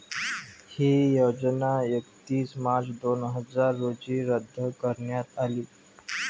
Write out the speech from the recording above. ही योजना एकतीस मार्च दोन हजार रोजी रद्द करण्यात आली